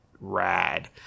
rad